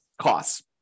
costs